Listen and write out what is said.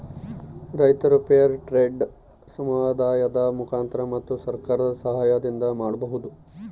ರೈತರು fair trade ಸಮುದಾಯದ ಮುಖಾಂತರ ಮತ್ತು ಸರ್ಕಾರದ ಸಾಹಯದಿಂದ ಮಾಡ್ಬೋದು